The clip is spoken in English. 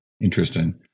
Interesting